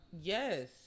Yes